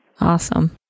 Awesome